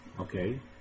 Okay